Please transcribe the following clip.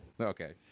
Okay